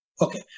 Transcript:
Okay